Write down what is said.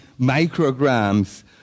micrograms